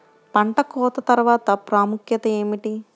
పంట కోత తర్వాత ప్రాముఖ్యత ఏమిటీ?